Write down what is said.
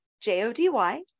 J-O-D-Y